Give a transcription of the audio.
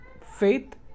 faith